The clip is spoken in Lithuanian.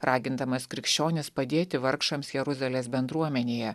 ragindamas krikščionis padėti vargšams jeruzalės bendruomenėje